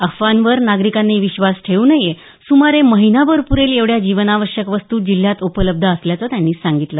अफवांवर नागरिकांनी विश्वास ठेवू नये सुमारे महिनाभर पुरेल एवढ्या जीवनावश्यक वस्तू जिल्ह्यात उपलब्ध असल्याचं त्यांनी सांगितलं